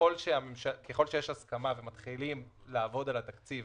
ככל שיש הסכמה ומתחילים לעבוד על התקציב